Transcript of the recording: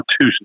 two